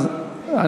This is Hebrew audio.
רבותי,